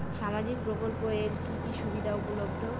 সামাজিক প্রকল্প এর কি কি সুবিধা উপলব্ধ?